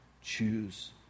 choose